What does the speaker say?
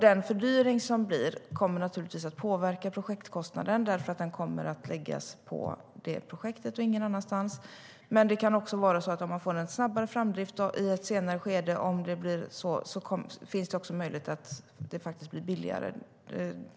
Den fördyring som blir kommer naturligtvis att påverka projektkostnaden därför att den kommer att läggas på det projektet och ingen annanstans. Men det kan också vara så att om man får en snabbare framdrift i ett senare skede finns det en möjlighet att det faktiskt blir billigare.